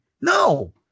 no